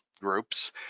groups